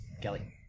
Kelly